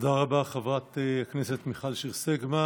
תודה רבה, חברת הכנסת מיכל שיר סגמן.